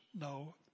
no